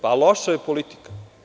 Pa loša je politika.